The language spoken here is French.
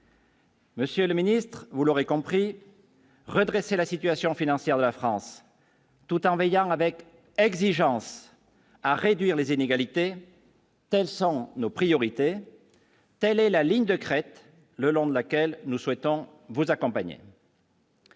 Monsieur le Ministre, vous l'aurez compris redresser la situation financière de la France, tout en veillant avec exigence, à réduire les inégalités sont nos priorités, telle est la ligne de crête le long de laquelle nous souhaitons vous accompagner.